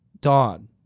Dawn